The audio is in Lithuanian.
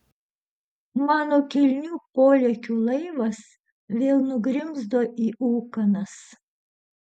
mano kilnių polėkių laivas vėl nugrimzdo į ūkanas